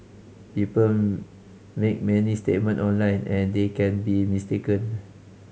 people make many statement online and they can be mistaken